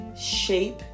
shape